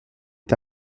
est